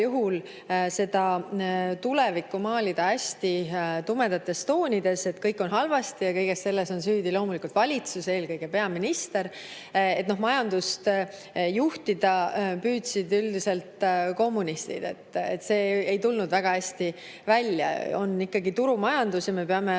juhul maalida tulevikku hästi tumedates toonides, et kõik on halvasti ja kõiges on süüdi loomulikult valitsus, eelkõige peaminister. Majandust juhtida püüdsid [kunagi] kommunistid, see ei tulnud väga hästi välja. Meil on ikkagi turumajandus ja me peame